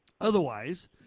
Otherwise